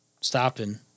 stopping